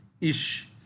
ish